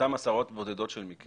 באותם עשרות בודדות של מקרים?